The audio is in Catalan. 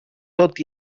tot